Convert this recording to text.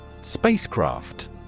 Spacecraft